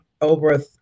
over